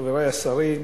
חברי השרים,